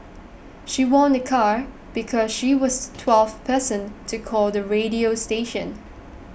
she won a car because she was twelfth person to call the radio station